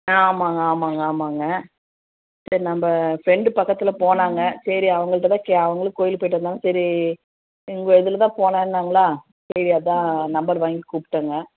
ஆ ஆமாம்ங்க ஆமாம்ங்க ஆமாம்ங்க சரி நம்ப ஃப்ரெண்டு பக்கத்தில் போனாங்க சரி அவுங்கள்கிட்ட தான் கே அவங்களும் கோயிலுக்கு போயிட்டு வந்தாங்க சரி உங்கள் இதில் தான் போனேன்னாங்களா சரி அதான் நம்பர் வாங்கி கூப்பிட்டேங்க